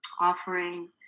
offering